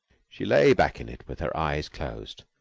she lay back in it with her eyes closed.